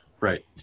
right